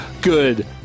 Good